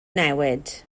newid